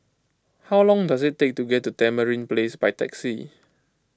how long does it take to get to Tamarind Place by taxi